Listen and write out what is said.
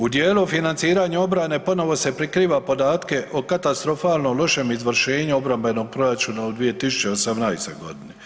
U dijelu financiranja obrane ponovo se prikriva podatke o katastrofalno lošem izvršenju obrambenog proračuna u 2018. godini.